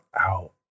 out